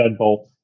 deadbolt